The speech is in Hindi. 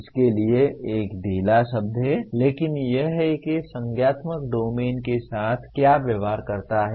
इसके लिए एक ढीला शब्द है लेकिन यह है कि संज्ञानात्मक डोमेन के साथ क्या व्यवहार करता है